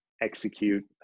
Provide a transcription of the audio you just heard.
execute